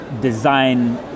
design